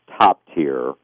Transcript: top-tier